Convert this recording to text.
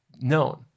known